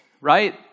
right